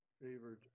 favored